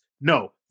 No